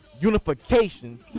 unification